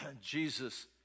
Jesus